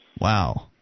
Wow